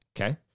Okay